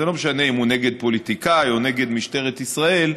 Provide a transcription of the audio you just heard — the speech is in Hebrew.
זה לא משנה אם הוא נגד פוליטיקאי או נגד משטרת ישראל,